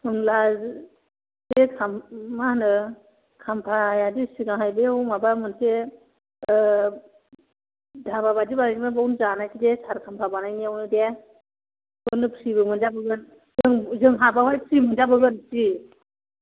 होमब्ला बे मा होनो खाम्फायादि सिगांहाय बेयाव माबा मोनसे धाबा बायदि बानायबोदों ना बेयावनो जानाोसै दे सार खाम्फा बानायनायाव दे बेयावनो फ्रिबो मोनजाबोगोन जों जोंहा बेवहाय फ्रि मोनजाबोगोन फ्रि